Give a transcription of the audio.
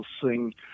sing